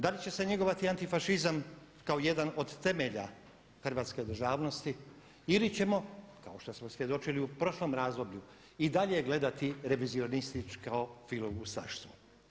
Da li će se njegovati antifašizam kao jedan od temelja hrvatske državnosti ili ćemo kao što smo svjedočili u prošlom razdoblju i dalje gledati revizionističko filoustaštvo.